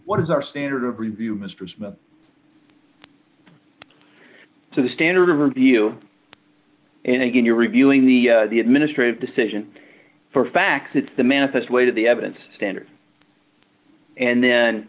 what is our standard of review mr smith to the standard of review and again you're reviewing the the administrative decision for facts it's the manifest weight of the evidence standard and then